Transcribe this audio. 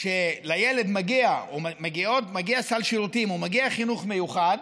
שלילד מגיע סל שירותים, או מגיע חינוך מיוחד?